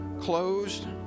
closed